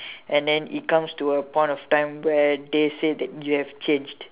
and then it comes to a point of time where they say that you have changed